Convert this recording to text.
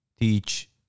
teach